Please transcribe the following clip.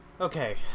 Okay